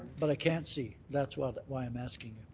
but i can't see. that's why why i'm asking you.